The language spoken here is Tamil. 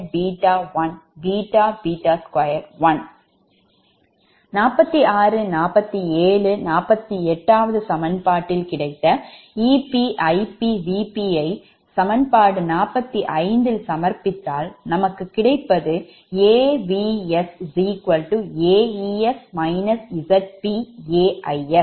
46 47 48 சமன்பாட்டில் கிடைத்த Ep Ip Vp வை சமன்பாடு 45 ல் சமர்ப்பித்தால் நமக்கு கிடைத்தது AVsA Es ZpA Is